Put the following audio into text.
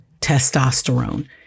testosterone